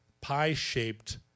pie-shaped